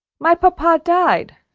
my papa died,